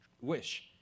wish